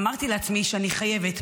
ואמרתי לעצמי שאני חייבת,